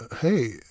Hey